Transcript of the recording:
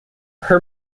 her